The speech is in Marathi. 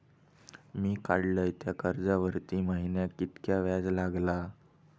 मी काडलय त्या कर्जावरती महिन्याक कीतक्या व्याज लागला?